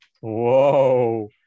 whoa